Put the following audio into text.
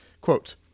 Quote